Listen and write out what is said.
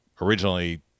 Originally